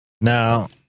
Now